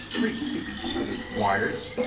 pretty thick sort of wires.